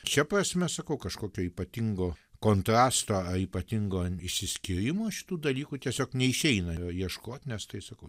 čia prasme sakau kažkokio ypatingo kontrasto ypatingo išsiskyrimo šitų dalykų tiesiog neišeina jo ieškot nes tai sakau